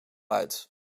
uit